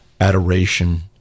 adoration